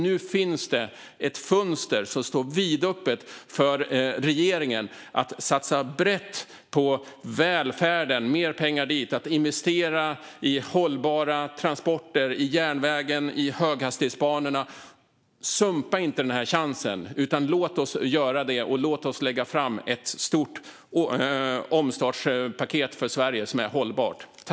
Nu står ett fönster vidöppet för regeringen att satsa brett på välfärden och ge mer pengar dit. Vi kan investera i hållbara transporter, i järnvägen och i höghastighetsbanorna. Sumpa inte den chansen! Låt oss göra det! Låt oss lägga fram ett stort omstartspaket för Sverige som är hållbart!